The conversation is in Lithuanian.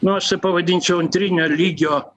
nu aš taip pavadinčiau antrinio lygio